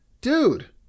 dude